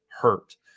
hurt